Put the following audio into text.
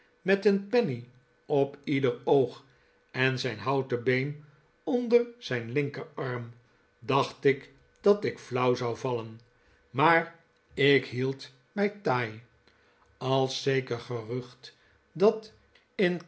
met een penny op ieder oog en zijn houten been onder zijn linkerarm dacht ik dat ik flauw zou vallen maar ik hield mij taai als zeker gerucht dat in